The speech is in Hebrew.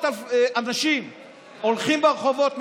מאות אנשים הולכים ברחובות,